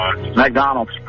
McDonald's